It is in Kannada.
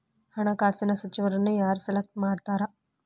ಹಣಕಾಸಿನ ಸಚಿವರನ್ನ ಯಾರ್ ಸೆಲೆಕ್ಟ್ ಮಾಡ್ತಾರಾ